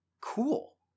cool